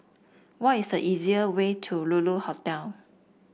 what is the easier way to Lulu Hotel